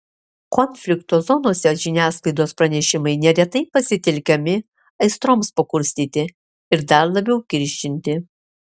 konflikto zonose žiniasklaidos pranešimai neretai pasitelkiami aistroms pakurstyti ir dar labiau kiršinti